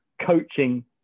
coaching